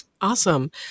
Awesome